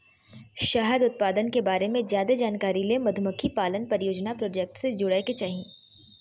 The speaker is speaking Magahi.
शहद उत्पादन के बारे मे ज्यादे जानकारी ले मधुमक्खी पालन परियोजना प्रोजेक्ट से जुड़य के चाही